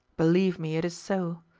believe me, it is so.